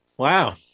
Wow